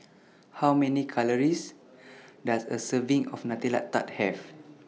How Many Calories Does A Serving of Nutella Tart Have